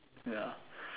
ya